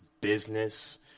business